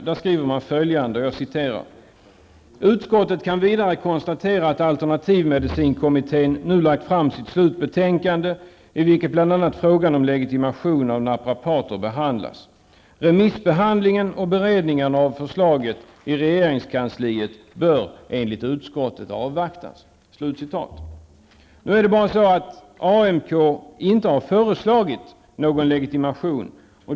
Där skriver man följande: ''Utskottet kan vidare konstatera att alternativmedicinkommittén nu lagt fram sitt slutbetänkande i vilket bl.a. frågan om legitimation av naprapater behandlas. Remissbehandlingen och beredningen av förslaget i regeringskansliet bör enligt utskottet avvaktas.'' Nu är det bara så att AMK inte har föreslagit någon legitimation.